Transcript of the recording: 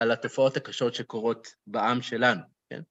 על התופעות הקשות שקורות בעם שלנו, כן?